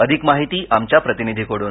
अधिक माहिती आमच्या प्रतिनिधीकडून